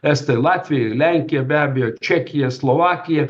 estai latviai ir lenkija be abejo čekija slovakija